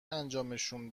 انجامشون